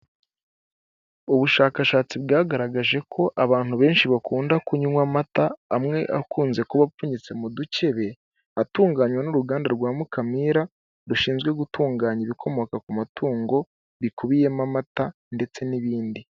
Ubushakashatsi bwagaragaje ko abantu benshi bakunda kunywa amata, amwe akunze kuba apfunyitse mu dukebe, atunganywa n'uruganda rwa Mukamira rushinzwe gutunganya ibikomoka ku matungo, bikubiyemo amata ndetse n'ibindi.